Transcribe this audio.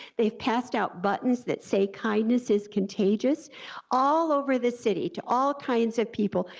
they passed out buttons that say kindness is contagious all over the city, to all kinds of people,